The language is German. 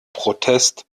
protest